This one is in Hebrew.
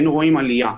היינו רואים עלייה.